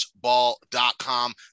ball.com